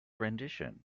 rendition